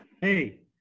Hey